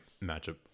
matchup